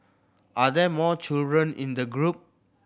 are there more children in the group